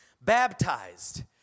Baptized